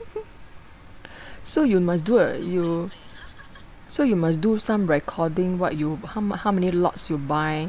so you must do a you so you must do some recording what you how m~ how many lots you buy